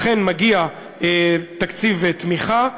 אכן מגיע תקציב תמיכה.